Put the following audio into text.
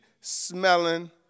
smelling